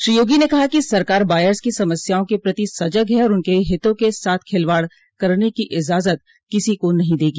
श्री योगी ने कहा कि सरकार बायर्स की समस्याओं के प्रति सजग है और उनके हितों के साथ खिलावाड़ करने की इज़ाजत किसी को नहीं देगी